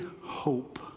hope